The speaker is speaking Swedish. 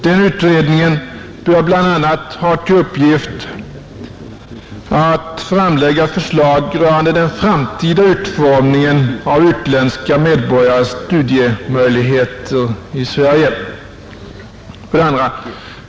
Den utredningen bör bla, ha till uppgift att framlägga förslag rörande den framtida utformningen av utländska medborgares studiemöjligheter i Sverige. 2.